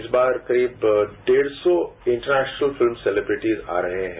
इस बार करीब डेढ़ सी इंटरनेशनल फिल्म सेलिब्रेटिज आ रहे हैं